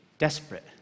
Desperate